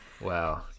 Wow